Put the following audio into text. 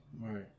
right